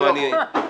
מי נמנע?